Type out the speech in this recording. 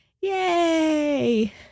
Yay